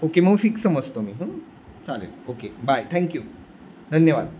okay मग fix समजतो मी हं चालेल ओके बाय थँक्यू धन्यवाद